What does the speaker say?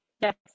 yes